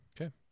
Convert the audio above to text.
Okay